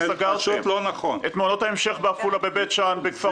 סגרת את מעונות ההמשך בעפולה, בבית שאן, בכפר